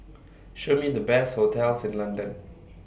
Show Me The Best hotels in London